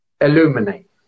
illuminate